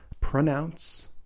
Pronounce